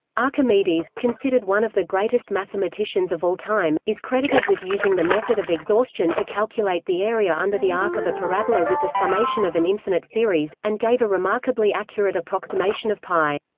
archimedes, considered one of the greatest mathematicians of all time, is credited with using the method of exhaustion to calculate the area under the arc of a parabola with the summation of an infinite series, and gave a remarkably accurate approximation of pi.